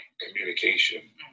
communication